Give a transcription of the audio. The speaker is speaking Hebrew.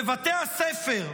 בבתי הספר,